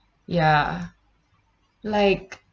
ya like